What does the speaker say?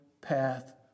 path